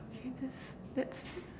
okay that's that's